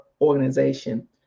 organization